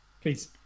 Please